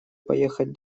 поехать